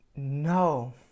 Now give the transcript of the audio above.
No